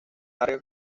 larga